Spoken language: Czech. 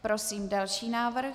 Prosím další návrh.